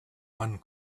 one